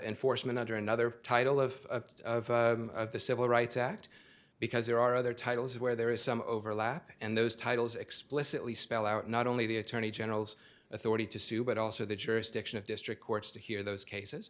enforcement under another title of the civil rights act because there are other titles where there is some overlap and those titles explicitly spell out not only the attorney general's authority to sue but also the jurisdiction of district courts to hear those